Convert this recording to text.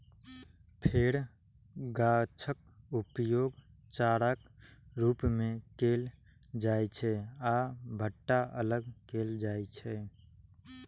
फेर गाछक उपयोग चाराक रूप मे कैल जाइ छै आ भुट्टा अलग कैल जाइ छै